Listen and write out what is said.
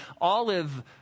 olive